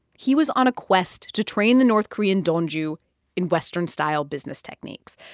he was on a quest to train the north korean donju in western-style business techniques,